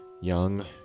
young